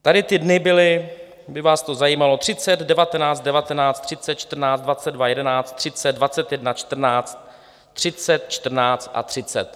Tady ty dny byly, kdyby vás to zajímalo: 30, 19, 19, 30, 14, 22, 11, 30, 21, 14, 30, 14 a 30.